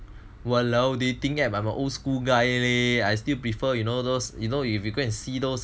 !walao! dating app I'm a old school guy leh I still prefer you know those you know when you go and see those